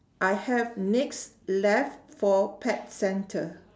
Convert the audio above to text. I have next left for pet centre